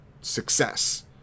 success